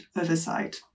oversight